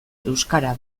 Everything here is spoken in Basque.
euskara